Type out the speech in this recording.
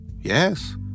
Yes